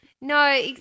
No